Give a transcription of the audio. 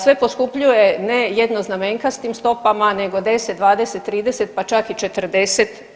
Sve poskupljuje ne jednoznamenkastim stopama, nego 10, 20, 30 pa čak i 40%